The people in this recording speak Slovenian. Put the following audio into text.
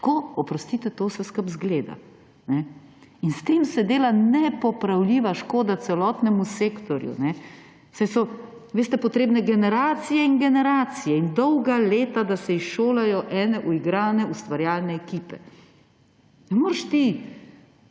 tako, oprostite, to vse skupaj zgleda. S tem se dela nepopravljiva škoda celotnemu sektorju, saj so, veste, potrebne generacije in generacije ter dolga leta, da se izšolajo uigrane ustvarjalne ekipe. Ne moreš ti